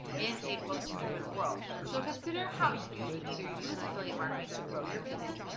in a post covid world. so consider how you can either use affiliate marketing to grow your business,